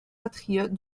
compatriotes